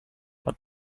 but